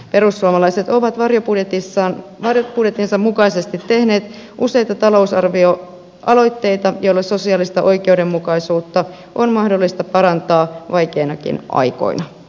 perussuomalaiset ovat varjobudjettinsa mukaisesti tehneet useita talousarvioaloitteita joilla sosiaalista oikeudenmukaisuutta on mahdollista parantaa vaikeinakin aikoina